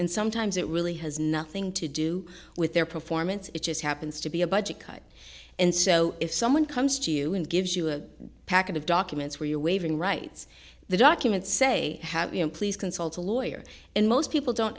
and sometimes it really has nothing to do with their performance it just happens to be a budget cut and so if someone comes to you and gives you a packet of documents where you're waiving rights the documents say please consult a lawyer and most people don't